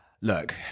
look